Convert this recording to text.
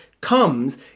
comes